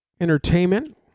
Entertainment